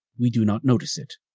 we do not notice it.